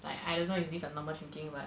like I don't know if this is a normal thinking but